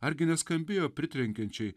argi neskambėjo pritrenkiančiai